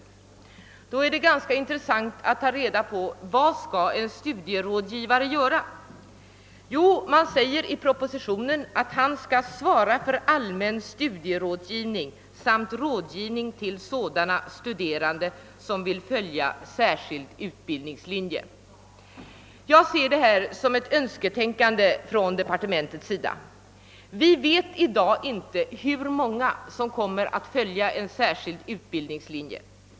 Vad är det då en studierådgivare skall göra. I propositionen säges att han skall svara för allmän studierådgivning samt rådgivning till sådana studerande som vill följa särskild utbildningslinje. Detta är nog ett önsketänkande från departementets sida. Vi vet i dag inte hur många som kommer att följa en särskild utbildningslinje.